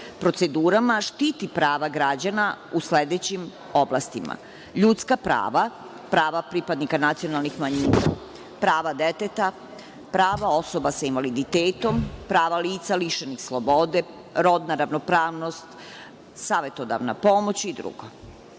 procedurama štiti prava građana u sledećim oblastima: ljudska prava, prava pripadnika nacionalnih manjina, prava deteta, prava osoba sa invaliditetom, prava lica lišenih slobode, rodna ravnopravnost, savetodavna pomoć i